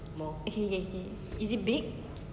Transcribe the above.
K K K is it big